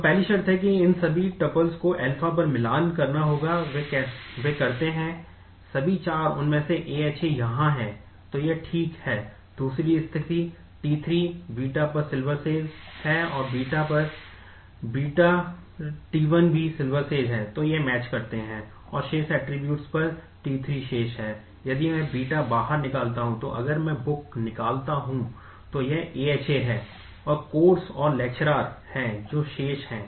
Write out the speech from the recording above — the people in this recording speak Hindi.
तो पहली शर्त है कि इन सभी टुपल्स पर t3 शेष हैं यदि मैं β बाहर निकालता हूं तो अगर मैं Book निकालता हूं तो यह AHA है और Course और Lecturer है जो शेष है